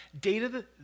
data